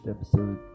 episode